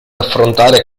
affrontare